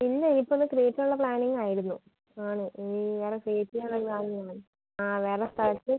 ഇല്ല ഇതിപ്പോൾ ഒന്ന് കയറ്റാൻ ഉള്ള പ്ലാനിങ്ങായിരുന്നു ആണ് ഇനി ആ വേറെ സ്ഥലത്ത്